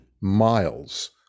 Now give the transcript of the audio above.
miles